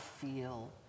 feel